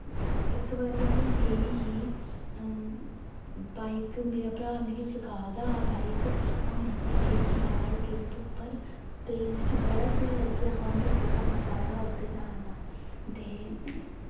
इक बारी अ'ऊं गेई ही बाइक मेरा भ्रा मिकी सिखा दा हा बाइक अ'ऊं लेइयै गेई ही बाह्र ट्रिप उप्पर ते मिकी बड़ा स्हेई लग्गेआ हा मिं बड़ा मजा आया हा उद्धर जाने दा ते